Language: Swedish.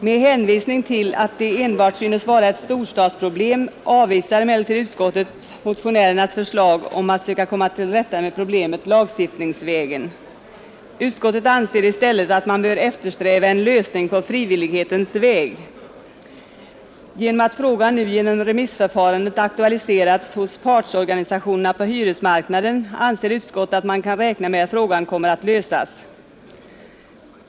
Med hänvisning till att det enbart synes vara ett storstadsproblem avvisar emellertid utskottet motionärernas förslag att söka komma till rätta med problemet lagstiftningsvägen. Utskottet anser i stället att man bör eftersträva en lösning på frivillighetens väg. Genom att frågan nu genom remissförfarandet aktualiserats hos partsorganisationerna på hyresmarknaden anser utskottet att man kan räkna med att frågan kommer att lösas.